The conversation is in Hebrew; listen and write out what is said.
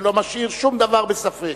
ולא משאיר שום דבר בספק.